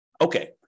Okay